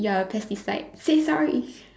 you are a pesticide say sorry